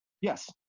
Yes